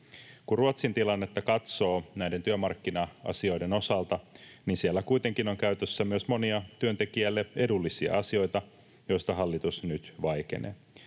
Kun Ruotsin tilannetta katsoo näiden työmarkkina-asioiden osalta, niin siellä kuitenkin on käytössä myös monia työntekijälle edullisia asioita, joista hallitus nyt vaikenee.